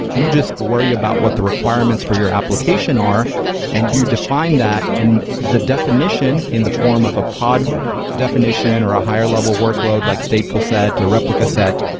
you just worry about what the requirements for your application are and you define that, and the definition in the form of a pod definition or a higher level workload, like stateful set, or replica set,